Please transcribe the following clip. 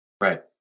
Right